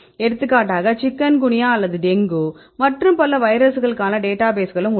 எடுத்துக்காட்டாக சிக்குன்குனியா அல்லது டெங்கு மற்றும் பல வைரஸ்களுக்கான டேட்டாபேஸ்களும் உள்ளன